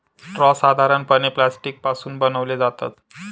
straw साधारणपणे plastic पासून बनवले जातात